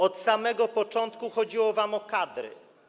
Od samego początku chodziło wam o kadry.